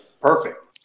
Perfect